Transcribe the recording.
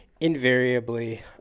invariably